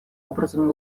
образом